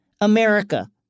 America